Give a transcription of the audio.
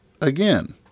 again